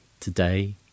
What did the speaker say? Today